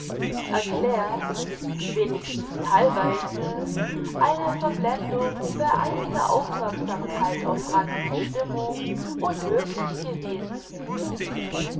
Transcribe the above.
erklärt wenigstens theilweise eine verblendung die bei einiger aufmerksamkeit auf franzens stimmung unmöglich gewesen wäre